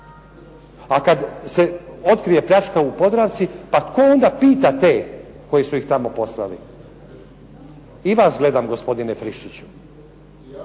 A kada se otkrije pljačka u Podravci, pa tko onda pita te koji su ih tamo poslali. I vas gledam gospodine Friščiću. I